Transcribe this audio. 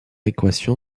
équation